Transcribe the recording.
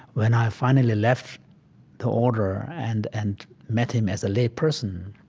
when i finally left the order and and met him as a layperson,